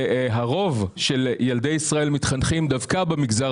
והרוב של ילדי ישראל מתחנכים דווקא במגזר